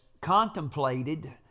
contemplated